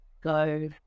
go